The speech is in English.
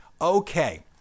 Okay